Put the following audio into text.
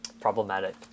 problematic